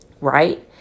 right